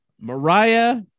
Mariah